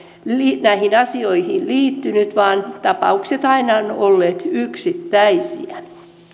näihin asioihin liittynyt vaan tapaukset aina ovat olleet yksittäisiä